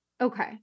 Okay